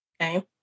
Okay